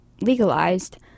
legalized